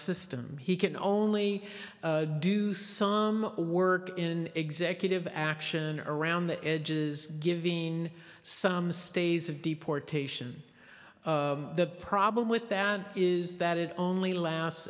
system he can only do some work in executive action around the edges given some stays of deportation the problem with that is that it only lasts